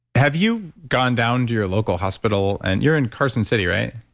have you gone down to your local hospital? and you're in carson city, right?